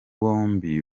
bombi